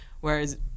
whereas